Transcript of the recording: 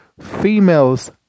females